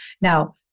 Now